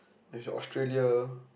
there's a Australia